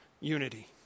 unity